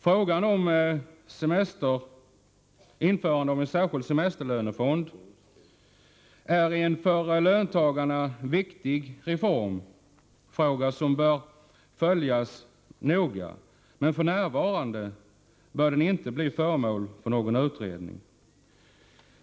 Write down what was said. Frågan om införande av en särskild semesterlönefond är en för löntagarna viktig reformfråga, som bör följas noga. Men f. n. bör den inte bli föremål för utredning.